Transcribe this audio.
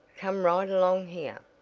come right along here!